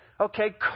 Okay